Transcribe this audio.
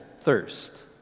thirst